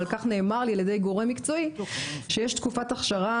אבל נאמר לי על ידי גורם מקצועי שיש תקופת הכשרה